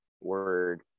word